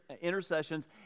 intercessions